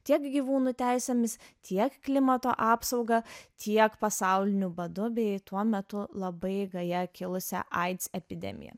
tiek gyvūnų teisėmis tiek klimato apsauga tiek pasauliniu badu bei tuo metu labai gaja kilusią aids epidemija